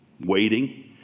waiting